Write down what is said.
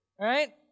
right